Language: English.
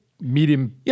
medium